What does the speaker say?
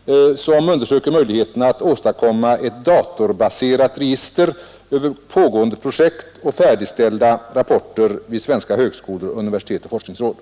— som undersöker möjligheterna att åstadkomma ett datorbaserat register över pågående projekt och färdigställda rapporter vid svenska högskolor, universitet och forskningsråd.